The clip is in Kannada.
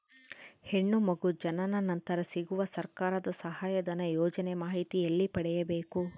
ಹೆಣ್ಣು ಮಗು ಜನನ ನಂತರ ಸಿಗುವ ಸರ್ಕಾರದ ಸಹಾಯಧನ ಯೋಜನೆ ಮಾಹಿತಿ ಎಲ್ಲಿ ಪಡೆಯಬೇಕು?